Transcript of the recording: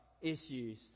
issues